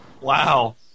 Wow